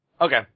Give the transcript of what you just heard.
Okay